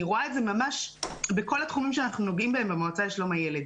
אני רואה את זה בכל התחומים שאנחנו נוגעים בהם במועצה לשלום הילד.